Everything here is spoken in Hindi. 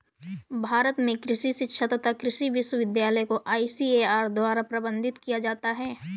भारत में कृषि शिक्षा तथा कृषि विश्वविद्यालय को आईसीएआर द्वारा प्रबंधित किया जाता है